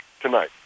tonight